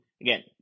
again